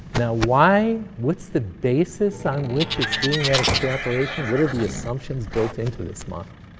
now, why? what's the basis on which it's doing that extrapolation? what are the assumptions built into this model?